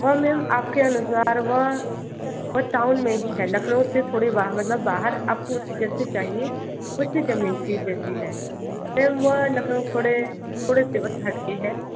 तो मेम आपके अनुसार वह टाउन में ही है लखनऊ से थोड़े मतलब बाहर आपको जैसे चाहिए वैसी जमीन चीज़ देखी है मेम वो लखनऊ से थोड़े से बस हट के है